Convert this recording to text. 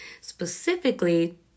specifically